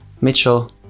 mitchell